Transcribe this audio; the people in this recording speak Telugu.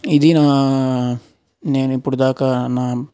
ఇది నా నేను ఇప్పుడు దాక నా